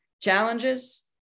challenges